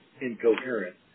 incoherent